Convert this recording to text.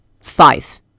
Five